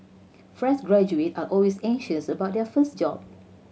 fresh graduate are always anxious about their first job